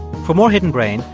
for more hidden brain,